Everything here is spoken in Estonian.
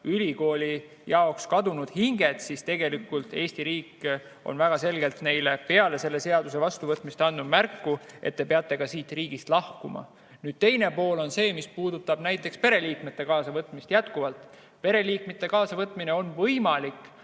ülikooli jaoks kadunud hinged, siis Eesti riik annab neile peale selle seaduse vastuvõtmist väga selgelt märku, et te peate siit riigist lahkuma. Teine pool on see, mis puudutab näiteks pereliikmete kaasavõtmist. Pereliikmete kaasavõtmine on võimalik,